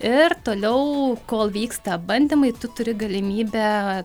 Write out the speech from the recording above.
ir toliau kol vyksta bandymai tu turi galimybę